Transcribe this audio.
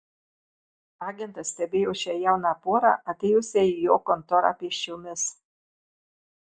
agentas stebėjo šią jauną porą atėjusią į jo kontorą pėsčiomis